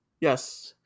yes